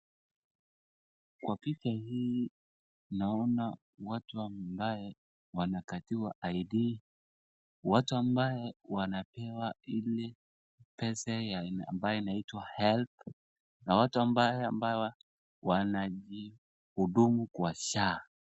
Watu ambaye wanakatiwa ID , watu ambaye wanapewa ile pesa ambaye inaitwa helb , na watu ambaye wanajihudumu kwa SHA .